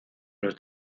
los